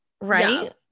right